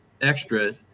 extra